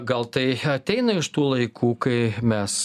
gal tai ateina iš tų laikų kai mes